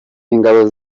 ingabo